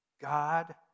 God